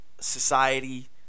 society